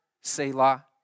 Selah